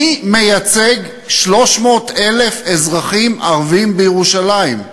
מי מייצג 300,000 אזרחים ערבים בירושלים?